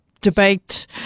debate